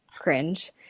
cringe